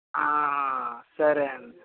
సరే అండి